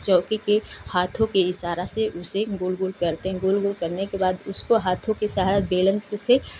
चौकी के हाथो के इशारा से उसे गोल गोल करते हैं गोल गोल करने के बाद उसको हाथो के सहारे बेलन से